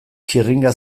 txirringa